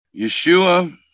Yeshua